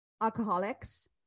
alcoholics